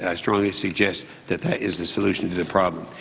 i strongly suggest that that is the solution to the problem.